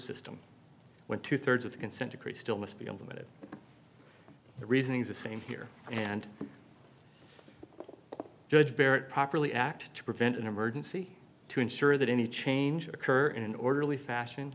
system when two thirds of the consent decree still must be a limited reasoning is the same here and judge bear it properly act to prevent an emergency to ensure that any changes occur in an orderly fashion